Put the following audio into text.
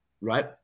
right